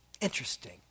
Interesting